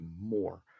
more